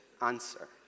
answer